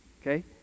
Okay